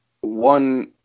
one